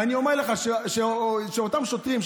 ואני אומר לך שאותם שוטרים,